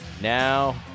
now